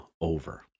over